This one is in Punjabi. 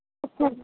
ਅੱਛਾ ਜੀ